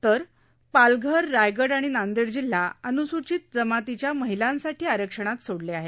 तर पालघर रायगड आणि नांदेड जिल्हा अन्सूचित जमातीच्या महिलांसाठी आरक्षणात सोडले आहेत